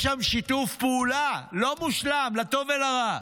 יש שם שיתוף פעולה, לא מושלם, לטוב ולרע.